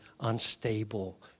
unstable